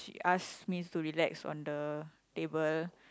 she ask me to relax on the table